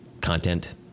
content